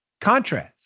Contrast